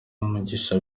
umugisha